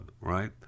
right